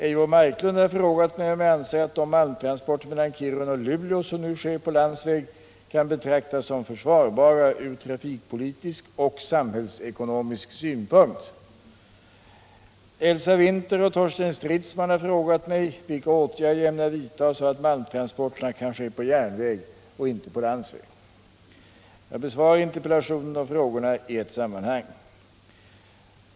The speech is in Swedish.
Eivor Marklund har frågat mig om jag anser att de malmtransporter mellan Kiruna och Luleå som nu sker på landsväg kan betraktas som försvarbara ur trafikpolitisk och samhällsekonomisk synpunkt. Eva Winther och Torsten Stridsman har frågat mig vilka åtgärder jag ämnar vidta så att malmtransporterna kan ske på järnväg och inte på landsväg. Jag besvarar interpellationen och frågorna i ett sammanhang.